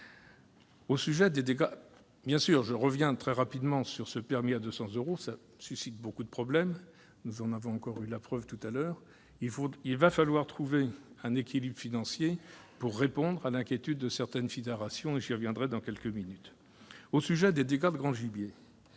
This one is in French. Au sujet des dégâts de grand gibier-